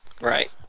Right